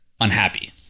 unhappy